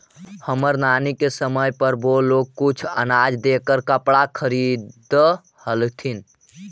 हमर नानी के समय पर वो लोग कुछ अनाज देकर कपड़ा खरीदअ हलथिन